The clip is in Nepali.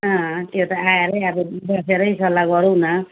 अँ त्यो त आएरै अब बसेरै सल्लाह गरौँ न